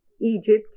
Egypt